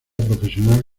profesional